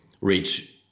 Reach